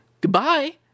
Goodbye